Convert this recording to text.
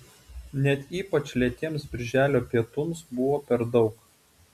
net ypač lėtiems birželio pietums buvo per daug